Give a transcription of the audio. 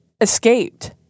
escaped